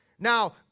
Now